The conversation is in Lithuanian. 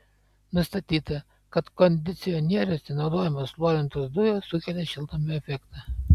nustatyta kad kondicionieriuose naudojamos fluorintos dujos sukelia šiltnamio efektą